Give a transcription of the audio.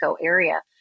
area